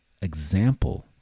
example